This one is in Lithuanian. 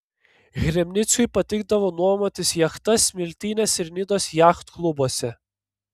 hrebnickiui patikdavo nuomotis jachtas smiltynės ir nidos jachtklubuose